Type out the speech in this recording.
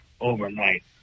overnight